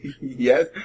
Yes